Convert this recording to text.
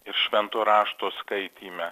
ir švento rašto skaityme